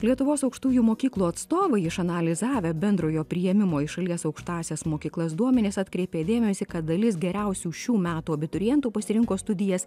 lietuvos aukštųjų mokyklų atstovai išanalizavę bendrojo priėmimo į šalies aukštąsias mokyklas duomenis atkreipė dėmesį kad dalis geriausių šių metų abiturientų pasirinko studijas